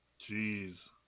Jeez